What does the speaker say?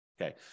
Okay